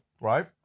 right